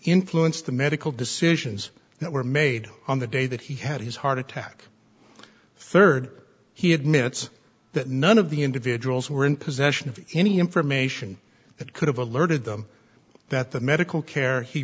influenced the medical decisions that were made on the day that he had his heart attack third he admits that none of the individuals were in possession of any information that could have alerted them that the medical care he